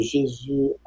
Jésus